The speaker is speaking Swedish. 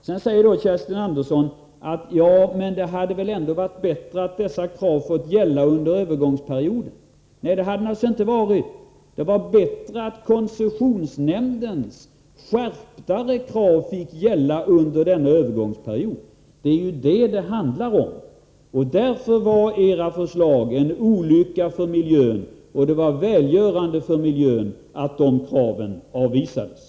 Sedan säger Kerstin Andersson att det hade väl ändå varit bättre att dessa krav fått gälla under övergångsperioden. Nej, det hade det naturligtvis inte varit. Det var bättre att koncessionsnämndens skärptare krav fick gälla under den perioden. Det är detta det handlar om. Därför var era förslag en olycka för miljön, och det var välgörande för miljön att de förslagen avvisades.